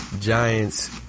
Giants